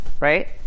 right